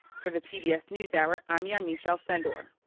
for the pbs newshour, i'm yamiche alcindor.